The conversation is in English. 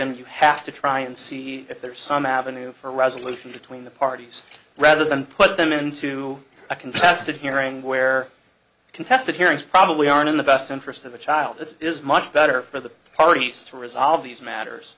and you have to try and see if there is some avenue for resolution between the parties rather than put them into a contested hearing where contested hearings probably aren't in the best interest of a child it is much better for the parties to resolve these matters